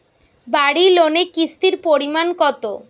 বাড়ি লোনে কিস্তির পরিমাণ কত?